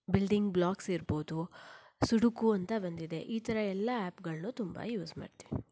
building blocks ಇರ್ಬೋದು sudoku ಅಂತ ಒಂದಿದೆ ಈ ಥರ ಎಲ್ಲ ಆ್ಯಪ್ಗಳನ್ನೂ ತುಂಬ ಯೂಸ್ ಮಾಡ್ತೀವಿ